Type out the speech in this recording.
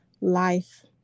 life